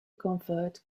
convert